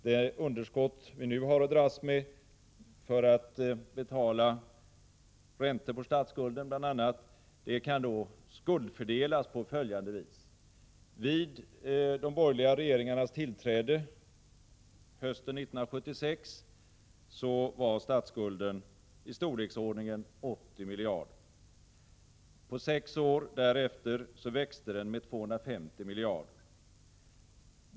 Det underskott vi nu har att dras med för betalningar av bl.a. räntor på statsskulden kan skuldfördelas på följande vis: Vid de borgerliga regeringarnas tillträde, hösten 1976, var statsskulden i storleksordningen 80 miljarder. På sex år därefter växte den med 250 miljarder.